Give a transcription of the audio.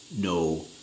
no